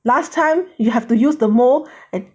last time you have to use the mole and